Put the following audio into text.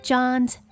John's